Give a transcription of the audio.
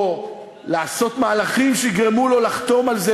לעשות מהלכים שיגרמו לו לחתום על זה,